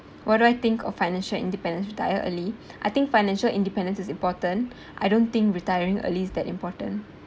what do I think of financial independence retire early I think financial independence is important I don't think retiring early is that important